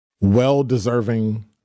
well-deserving